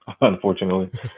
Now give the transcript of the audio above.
unfortunately